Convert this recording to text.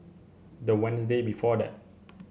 the Wednesday before that